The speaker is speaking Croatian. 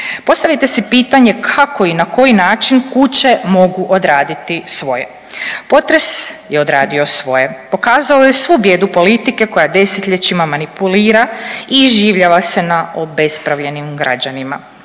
Postavite si pitanje kako i na koji način kuće mogu odraditi svoje. Potres je odradio svoje. Pokazao je svu bijedu politike koja desetljećima manipulira i iživljava se na obespravljenim građanima.